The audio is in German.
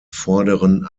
vorderen